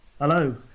Hello